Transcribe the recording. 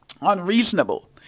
unreasonable